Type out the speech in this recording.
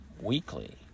weekly